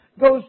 goes